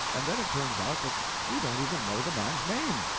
and then it turns out that we don't even know the man's name.